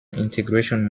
integration